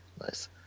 Nice